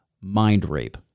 mind-rape